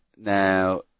Now